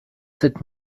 sept